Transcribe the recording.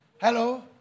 Hello